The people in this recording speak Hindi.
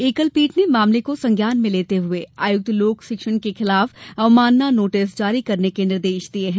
एकलपीठ ने मामले को संज्ञान में लेते हए आयुक्त लोक शिक्षक के खिलाफ अवमानना नोटिस जारी करने के निर्देश दिये है